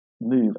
move